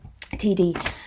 TD